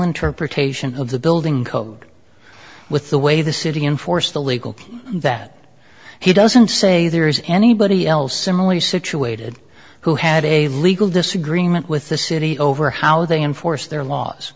interpretation of the building code with the way the city enforce the legal that he doesn't say there is anybody else similarly situated who had a legal disagreement with the city over how they enforce their laws